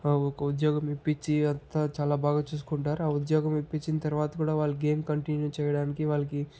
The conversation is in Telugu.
ఉద్యోగం ఇపిచ్చి అంతా చాలా బాగా చూసుకుంటారు ఆ ఉద్యోగం ఇప్పించిన తర్వాత కూడా వాళ్ళు గేమ్ కంటిన్యూ చేయడానికి వాళ్ళకి